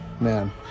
Man